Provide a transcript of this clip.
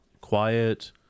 Quiet